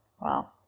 Wow